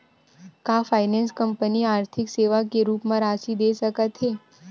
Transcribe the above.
का finance company आर्थिक सेवा के रूप म राशि दे सकत हे?